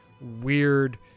weird